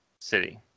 city